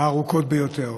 הארוכות ביותר.